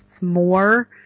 more